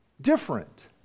Different